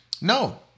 No